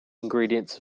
ingredients